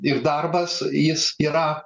ir darbas jis yra